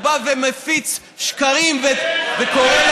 הוא בא ומפיץ שקרים וקורא,